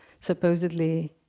supposedly